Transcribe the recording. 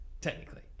Technically